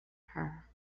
her